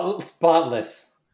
Spotless